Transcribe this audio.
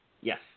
Yes